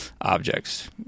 objects